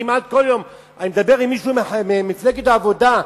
כמעט כל יום אני מדבר עם מישהו ממפלגת העבודה,